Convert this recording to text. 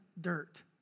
dirt